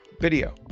video